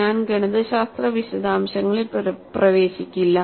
ഞാൻ ഗണിതശാസ്ത്ര വിശദാംശങ്ങളിൽ പ്രവേശിക്കില്ല